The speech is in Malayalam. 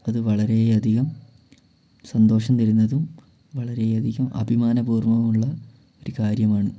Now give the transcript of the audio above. അത് വളരേ അധികം സന്തോഷം തരുന്നതും വളരേ അധികം അഭിമാനപൂർവമുള്ള ഒരു കാര്യമാണ്